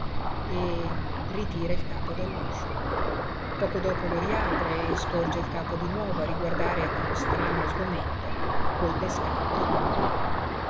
e ritira il capo dall'uscio poco dopo lo riapre e sporge il capo di nuovo a riguardare con strano sgomento quelle scarpe lí